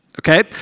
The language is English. Okay